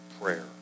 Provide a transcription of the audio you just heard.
prayer